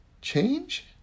Change